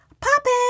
popping